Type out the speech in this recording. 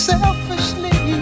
Selfishly